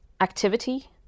activity